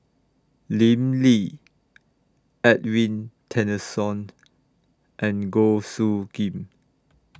Lim Lee Edwin Tessensohn and Goh Soo Khim